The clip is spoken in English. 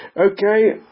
Okay